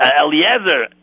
Eliezer